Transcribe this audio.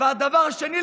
והדבר השני,